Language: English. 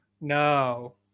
No